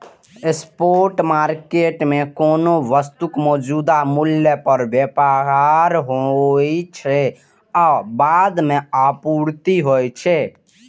spot market मे कोनो वस्तुक मौजूदा मूल्य पर व्यापार होइ छै आ बाद मे आपूर्ति होइ छै